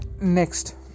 Next